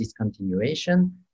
discontinuation